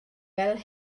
fel